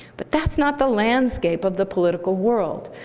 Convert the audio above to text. but that's not the landscape of the political world.